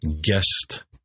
guest